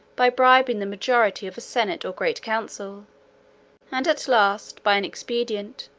by bribing the majority of a senate or great council and at last, by an expedient,